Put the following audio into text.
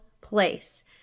place